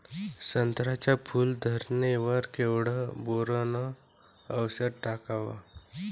संत्र्याच्या फूल धरणे वर केवढं बोरोंन औषध टाकावं?